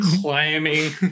Climbing